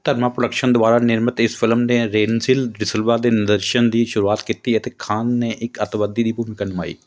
Dharma productions ਦੁਆਰਾ ਨਿਰਮਿਤ ਇਸ ਫਿਲਮ ਨੇ ਰੇਨਸਿਲ ਡਿਸਲਵਾ ਦੇ ਨਿਰਦੇਸ਼ਨ ਦੀ ਸ਼ੁਰੂਆਤ ਕੀਤੀ ਅਤੇ ਖਾਨ ਨੇ ਇੱਕ ਅੱਤਵਾਦੀ ਦੀ ਭੂਮਿਕਾ ਨਿਭਾਈ